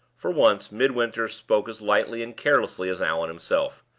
for once midwinter spoke as lightly and carelessly as allan himself.